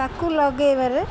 ତାକୁ ଲଗାଇବାରେ